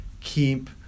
keep